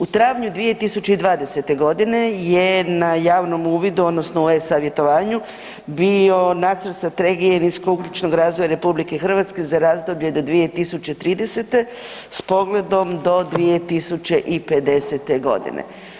U travnju 2020. godine je na javnom uvidu odnosno u e-savjetovanju bio nacrt Strategije niskougljičnog razvoja RH za razdoblje do 2030. s pogledom do 2050. godine.